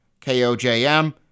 KOJM